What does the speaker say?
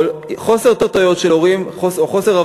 או חוסר הבנות,